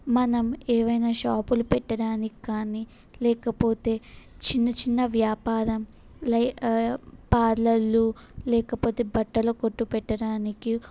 మనం ఏమన్న షాపులు పెట్టడానికి కానీ లేకపోతే చిన్న చిన్న వ్యాపారం లే పార్లర్లు లేకపోతే బట్టల కొట్టు పెట్టడానికి